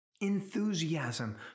enthusiasm